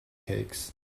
cakes